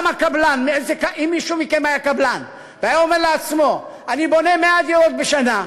אם מישהו מכם היה קבלן והיה אומר לעצמו: אני בונה 100 דירות בשנה,